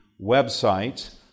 website